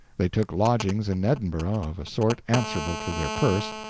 they took lodgings in edinburgh of a sort answerable to their purse,